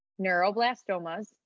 neuroblastomas